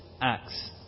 acts